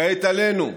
כעת עלינו,